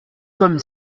comme